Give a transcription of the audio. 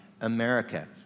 America